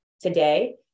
today